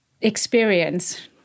experience